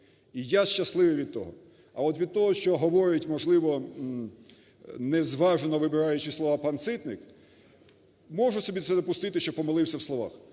І я щасливий від того. А от від того, що говорить, можливо, незважено вибираючи слова, пан Ситник, можу собі це допусти, що помилився в словах.